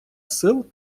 сил